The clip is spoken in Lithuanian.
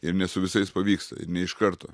ir ne su visais pavyksta ir ne iš karto